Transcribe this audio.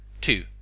Two